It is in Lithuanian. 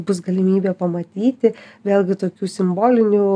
bus galimybė pamatyti vėlgi tokių simbolinių